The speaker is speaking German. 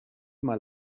mal